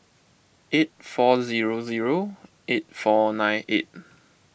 eight four zero zero eight four nine eight